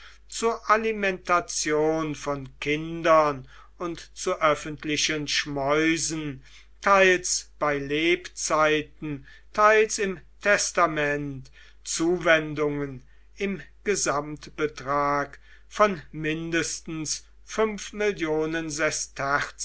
zur alimentation von kindern und zu öffentlichen schmäusen teils bei lebzeiten teils im testament zuwendungen im gesamtbetrag von mindestens